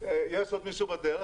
כי יש עוד מישהו בדרך,